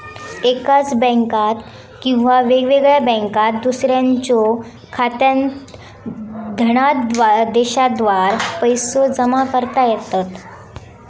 एकाच बँकात किंवा वेगळ्या बँकात दुसऱ्याच्यो खात्यात धनादेशाद्वारा पैसो जमा करता येतत